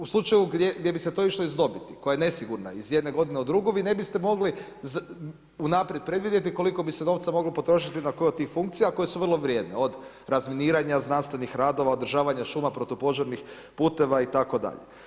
U slučaju gdje bi se to išlo iz dobiti koja je nesigurna iz jedne godine u drugu, vi ne biste mogli unaprijed predvidjeti koliko bi se novca moglo potrošiti na koju od tih funkcija koje su vrlo vrijedne, od razminiranja, znanstvenih radova, održavanja šuma, protupožarnih puteva itd.